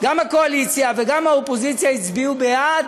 גם הקואליציה וגם האופוזיציה הצביעו בעד.